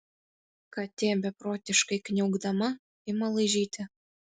katė beprotiškai kniaukdama ima laižyti